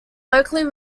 locally